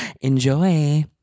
Enjoy